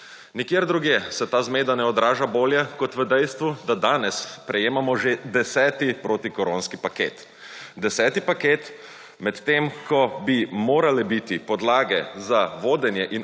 Nikjer drugje se ta zmeda ne odraža bolje kot v dejstvu, da danes sprejemamo že deseti protikoronski pat. Deseti paket med tem, ko bi morale biti podlage za vodenje in